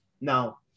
Now